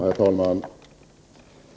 Herr talman!